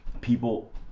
People